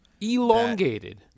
Elongated